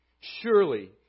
Surely